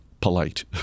polite